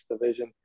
division